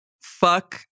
fuck